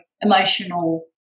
emotional